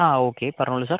ആ ഓക്കേ പറഞ്ഞോളൂ സാർ